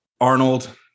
Arnold